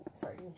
Sorry